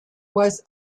was